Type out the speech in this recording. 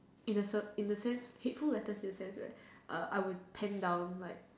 in a sense hateful letters in a sense I would pen down like